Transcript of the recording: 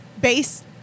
base